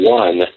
one